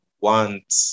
want